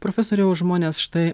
profesoriau žmonės štai